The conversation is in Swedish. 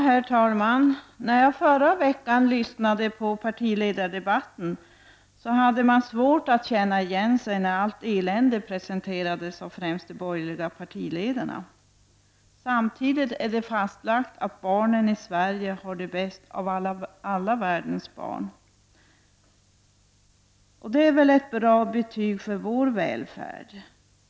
Herr talman! När jag förra veckan lyssnade på partiledardebatten så hade jag svårt att känna igen mig när allt elände presenterades av främst de borgerliga partiledarna. Samtidigt är det fastlagt att barnen i Sverige har det bäst av alla världens barn. Det är väl ett bra betyg för vår välfärd.